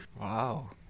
Wow